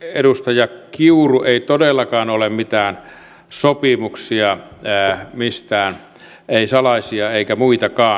edustaja kiuru ei todellakaan ole mitään sopimuksia mistään ei salaisia eikä muitakaan